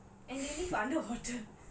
ya and